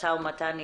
משא ומתן איתם.